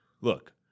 look